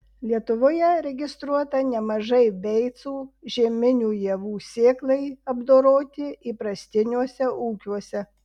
lietuvoje registruota nemažai beicų žieminių javų sėklai apdoroti įprastiniuose ūkiuose